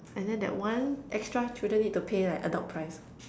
and then that one extra children need to pay like adult price